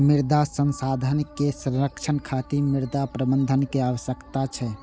मृदा संसाधन के संरक्षण खातिर मृदा प्रबंधन के आवश्यकता छै